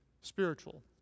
spiritual